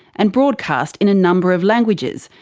and broadcast in a number of languages,